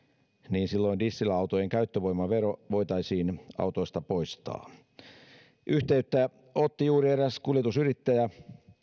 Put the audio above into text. niin silloin dieselautojen käyttövoimavero voitaisiin autoista poistaa yhteyttä otti juuri eräs kuljetusyrittäjä